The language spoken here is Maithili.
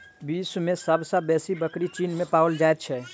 विश्व मे सब सॅ बेसी बकरी चीन मे पोसल जाइत छै